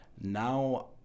now